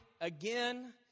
again